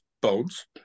bones